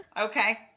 okay